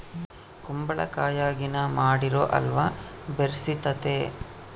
ಕುಂಬಳಕಾಯಗಿನ ಮಾಡಿರೊ ಅಲ್ವ ಬೆರ್ಸಿತತೆ